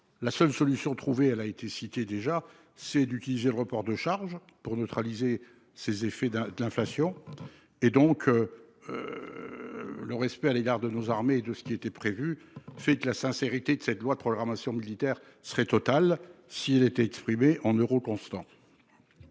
La seule solution trouvée. Elle a été cité déjà c'est d'utiliser le report de charges pour neutraliser ses effets d'un de l'inflation et donc. Le respect à l'égard de nos armées, de ce qui était prévu. La sincérité de cette loi de programmation militaire serait totale si elle était exprimée en euros constants.